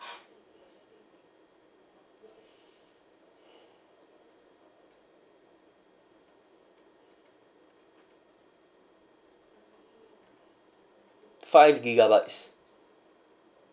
five gigabytes